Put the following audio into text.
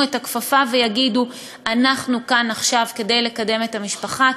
את הכפפה ויגידו: אנחנו כאן עכשיו כדי לקדם את המשפחה,